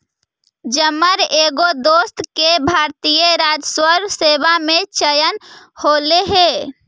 जमर एगो दोस्त के भारतीय राजस्व सेवा में चयन होले हे